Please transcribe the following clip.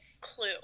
clue